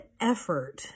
effort